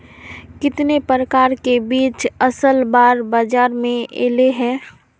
कितने प्रकार के बीज असल बार बाजार में ऐले है?